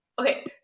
Okay